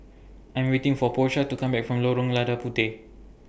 I'm waiting For Porsha to Come Back from Lorong Lada Puteh